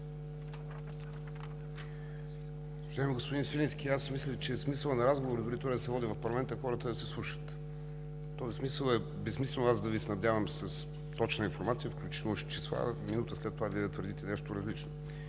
господин Свиленски, мисля, че смисълът на разговора, дори той да се води в парламента, е хората да се слушат! В този смисъл е безсмислено, аз да Ви снабдявам с точна информация, включително и с числа, а минута след това Вие да твърдите нещо различно.